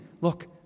Look